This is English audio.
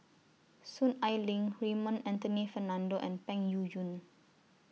Soon Ai Ling Raymond Anthony Fernando and Peng Yuyun